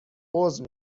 عذر